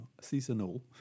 seasonal